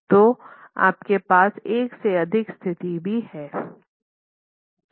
तो आपके पास एक से अधिक स्थिति भी है